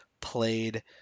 played